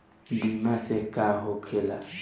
बीमा से का होखेला?